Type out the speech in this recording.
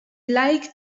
like